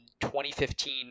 2015